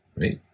right